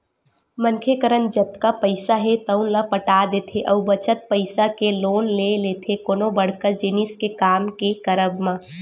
मनखे करन जतका पइसा हे तउन ल पटा देथे अउ बचत पइसा के लोन ले लेथे कोनो बड़का जिनिस के काम के करब म